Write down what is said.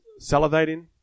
salivating